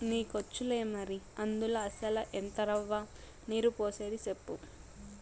నీకొచ్చులే మరి, అందుల అసల ఎంత రవ్వ, నీరు పోసేది సెప్పు